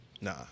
nah